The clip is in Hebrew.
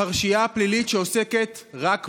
הפרשייה הפלילית שעוסקת רק בו.